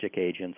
agents